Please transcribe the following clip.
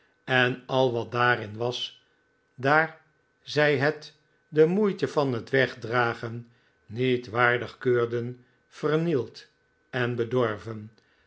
en al wat daarin was daar zij het de moeito van het wegdragen niet waardig keurden vernield en bedorven